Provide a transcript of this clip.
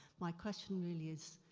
my question really is,